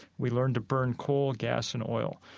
we learned to burn coal, gas, and oil.